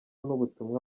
n’ubutumwa